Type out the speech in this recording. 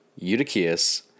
Eutychius